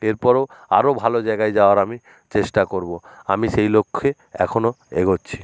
এরপরেও আরও ভালো জায়গায় যাওয়ার আমি চেষ্টা করবো আমি সেই লক্ষ্যে এখনও এগোচ্ছি